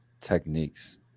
techniques